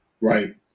Right